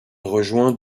rejoint